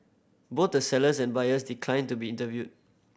both the sellers and buyers declined to be interviewed